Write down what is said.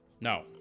No